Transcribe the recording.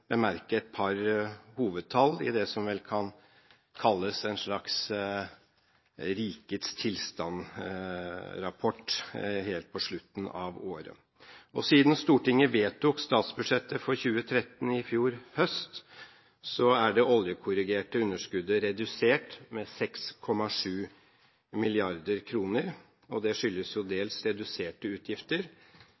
bemerke et par hovedtall i det som vel kan kalles en slags rikets tilstand-rapport helt på slutten av året. Siden Stortinget vedtok statsbudsjettet for 2013 i fjor høst, er det oljekorrigerte underskuddet redusert med 6,7 mrd. kr. Det skyldes